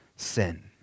sin